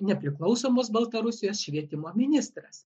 nepriklausomos baltarusijos švietimo ministras